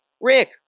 Rick